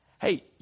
hey